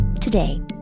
Today